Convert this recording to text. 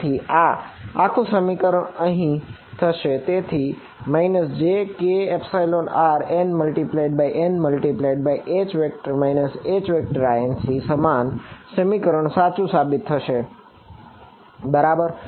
તેથી આ આખું સમીકરણ અહીં આ થશે તેથી jkrn×n×H Hinc સમાન સમીકરણ સાચું સાબિત થશે બરાબર